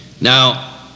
Now